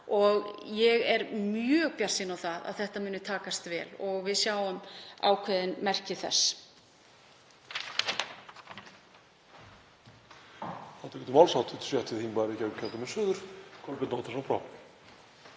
Og ég er mjög bjartsýn á að þetta muni takast vel og við sjáum ákveðin merki þess.